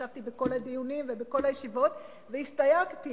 וישבתי בכל הדיונים ובכל הישיבות והסתייגתי,